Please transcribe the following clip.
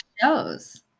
shows